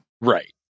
Right